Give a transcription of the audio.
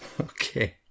Okay